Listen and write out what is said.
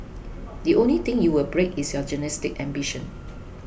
the only thing you will break is your journalistic ambition